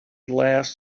last